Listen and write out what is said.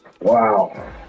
Wow